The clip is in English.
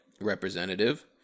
representative